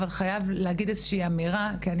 אבל חייבים להגיד איזושהי אמירה כי אני